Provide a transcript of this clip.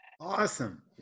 Awesome